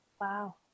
Wow